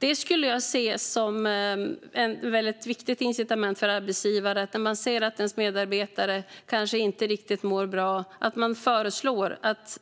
Jag ser det som ett viktigt incitament för arbetsgivare att, när man ser att en medarbetare kanske inte mår riktigt bra, kunna föreslå att